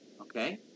Okay